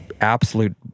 absolute